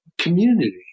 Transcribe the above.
community